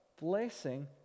blessing